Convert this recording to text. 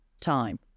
time